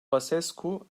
basescu